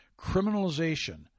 criminalization